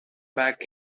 back